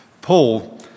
Paul